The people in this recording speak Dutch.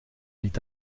niet